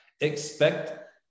expect